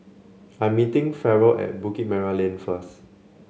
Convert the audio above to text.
I am meeting Ferrell at Bukit Merah Lane first